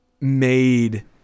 made